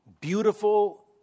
beautiful